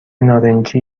نارنجی